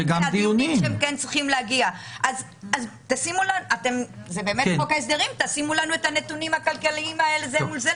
זה חוק ההסדרים שימו לנו את הנתונים הכלכליים זה מול זה,